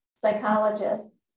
psychologists